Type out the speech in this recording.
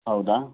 ಹೌದಾ